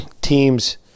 teams